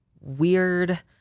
weird